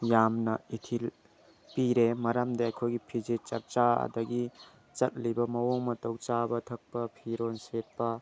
ꯌꯥꯝꯅ ꯏꯊꯤꯜ ꯄꯤꯔꯦ ꯃꯔꯝꯗꯤ ꯑꯩꯈꯣꯏꯒꯤ ꯐꯤꯖꯦꯠ ꯆꯥꯛꯆꯥ ꯑꯗꯒꯤ ꯆꯠꯂꯤꯕ ꯃꯑꯣꯡ ꯃꯇꯧ ꯆꯥꯕ ꯊꯛꯄ ꯐꯤꯔꯣꯜ ꯁꯦꯠꯄ